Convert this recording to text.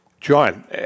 John